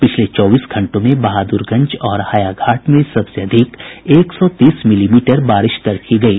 पिछले चौबीस घंटों में बहादुरगंज और हायाघाट में सबसे अधिक एक सौ तीस मिलीमीटर बारिश दर्ज की गयी